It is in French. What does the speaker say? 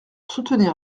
soutenir